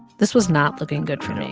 this was not looking good for me.